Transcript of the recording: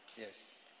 Yes